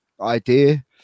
idea